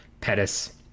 Pettis